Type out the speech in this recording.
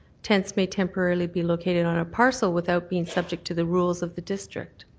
tents may temporarily be located on a parcel without being subject to the rules of the district.